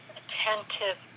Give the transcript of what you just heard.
attentive